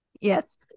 Yes